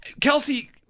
Kelsey